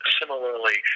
similarly